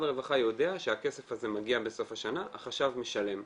הרווחה יודע שהכסף הזה מגיע בסוף השנה החשב משלם.